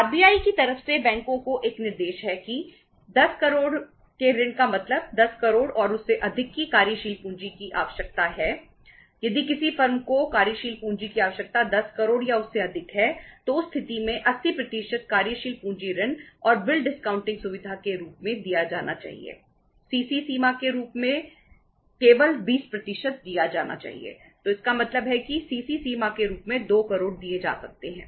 RBI सीमा के रूप में 2 करोड़ दिए जा सकते हैं